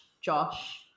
Josh